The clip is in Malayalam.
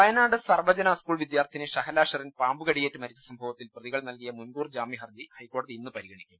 വയനാട് സർവജന സ്കൂൾ വിദ്യാർത്ഥിനി ഷഹല ഷെറിൻ പാമ്പുകടിയേറ്റ് മരിച്ച സംഭവത്തിൽ പ്രതികൾ നൽകിയ മുൻകൂർ ജാമ്യഹർജി ഹൈക്കോടതി ഇന്ന് പരിഗണിക്കും